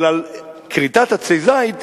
אבל על כריתת עצי זית,